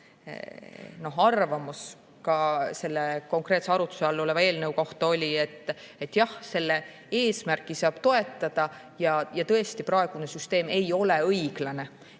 arvamus selle konkreetse arutluse all oleva eelnõu kohta oli, et jah, selle eesmärki saab toetada ja tõesti praegune süsteem ei ole õiglane.